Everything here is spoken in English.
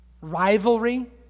rivalry